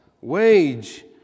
wage